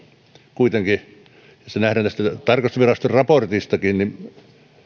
kuitenkin se nähdään tästä tarkastusviraston raportistakin